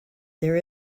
there